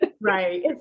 Right